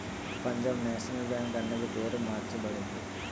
Punjab National Bank అన్నది పేరు మార్చబడింది